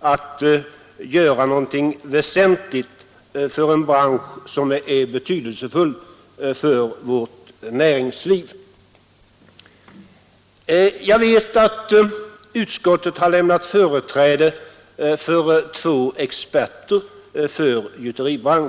att göra något väsentligt för en bransch som är betydelsefull för vårt näringsliv. Jag vet att två experter för gjuteribranschen har lämnats företräde inför utskottet.